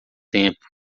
tempo